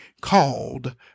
called